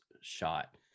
shot